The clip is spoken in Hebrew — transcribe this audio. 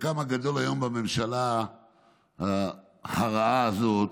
חלקם הגדול בממשלה הרעה הזאת,